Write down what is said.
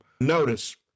Notice